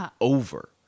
over